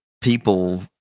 people